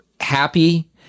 happy